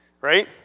right